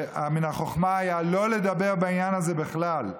ומן החוכמה היה לא לדבר בעניין הזה בכלל.